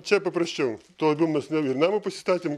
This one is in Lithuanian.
čia paprasčiau tuo labiau mes naują namą pasistatėm